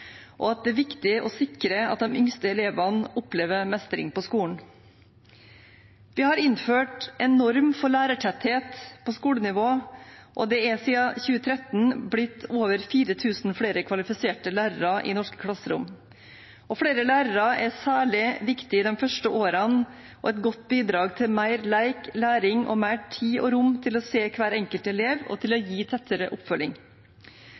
og regning, og det er viktig å sikre at de yngste elevene opplever mestring på skolen. Vi har innført en norm for lærertetthet på skolenivå, og det er siden 2013 blitt over 4 000 flere kvalifiserte lærere i norske klasserom. Flere lærere er særlig viktig de første årene og et godt bidrag til mer lek og læring og mer tid og rom til å se hver enkelt elev og til å gi tettere oppfølging.